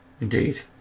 indeed